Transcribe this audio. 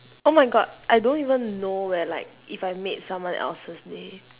oh my god I don't even know whether like if I made someone else's day